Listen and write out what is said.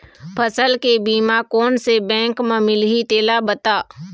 फसल के बीमा कोन से बैंक म मिलही तेला बता?